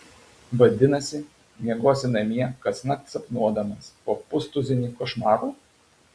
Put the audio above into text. vadinasi miegosi namie kasnakt sapnuodamas po pustuzinį košmarų